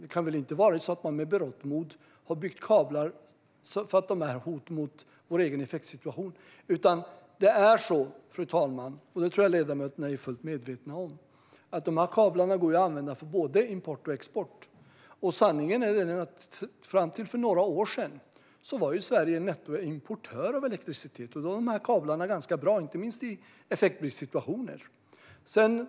Det kan väl inte vara så att man med berått mod har byggt kablar som är ett hot mot vår egen effektsituation? Det är så, fru talman, och det tror jag att ledamöterna är fullt medvetna om, att de här kablarna går att använda för både import och export. Sanningen är den att fram till för några år sedan var Sverige en nettoimportör av elektricitet, och då var de här kablarna ganska bra, inte minst i effektbristsituationer.